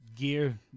Gear